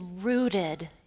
rooted